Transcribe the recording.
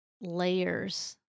layers